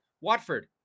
Watford